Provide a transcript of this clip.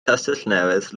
castellnewydd